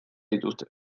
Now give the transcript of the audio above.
dituzte